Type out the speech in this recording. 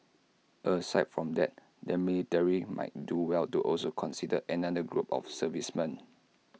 aside from that the military might do well to also consider another group of servicemen